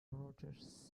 rodgers